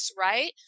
right